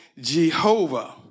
Jehovah